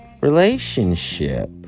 relationship